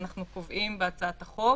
אנחנו קובעים בהצעת החוק